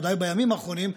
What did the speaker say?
בוודאי בימים האחרונים,